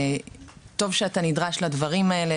וטוב שאתה נדרש לדברים האלה,